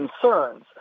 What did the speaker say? concerns